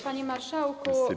Panie Marszałku!